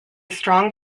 strong